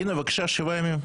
הינה, בבקשה, שבעה ימים.